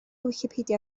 wicipedia